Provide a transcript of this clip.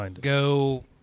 go